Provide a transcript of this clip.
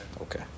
Okay